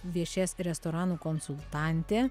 viešės restoranų konsultantė